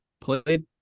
played